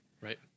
Right